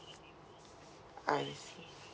I see